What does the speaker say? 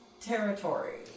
territory